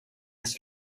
visst